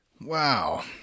Wow